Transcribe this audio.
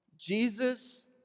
Jesus